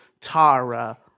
Tara